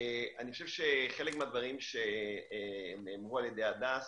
אני חושב שחלק מהדברים שנאמרו על ידי הדס